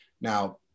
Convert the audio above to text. Now